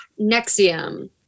nexium